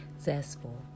zestful